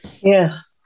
Yes